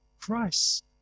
Christ